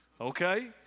Okay